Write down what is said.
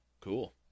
Cool